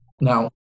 Now